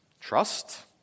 trust